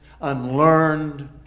unlearned